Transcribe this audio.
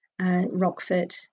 Rockford